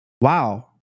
wow